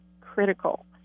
critical